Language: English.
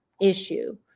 issue